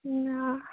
नहि